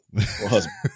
husband